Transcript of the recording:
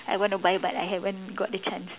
I want to buy but I haven't got the chance